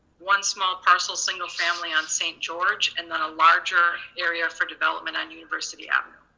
one small parcel, single family, on saint george, and then a larger area for development on university avenue.